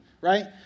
right